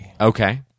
Okay